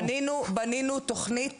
בנינו תוכנית